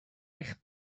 eich